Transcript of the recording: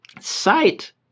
sight